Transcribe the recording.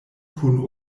kun